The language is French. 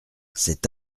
cet